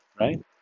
right